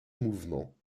mouvement